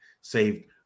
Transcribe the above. Saved